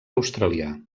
australià